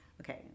okay